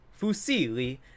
fusili